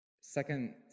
Second